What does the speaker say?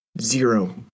zero